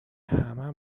همه